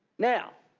now,